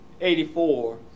84